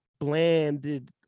blanded